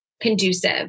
conducive